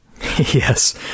Yes